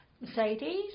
Mercedes